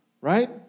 right